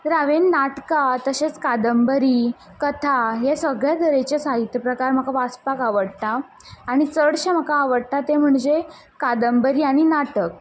तर हांवेंन नाटकां तशेंच नाटकां कादंबरी कथा हें सगळें तरेचें साहित्य प्रकार म्हाका वाचपाक आवडटा आनी चडशें म्हाका आवडटा ते म्हणजे कादंबरी आनी नाटक